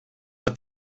être